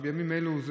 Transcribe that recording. "בימים אלו",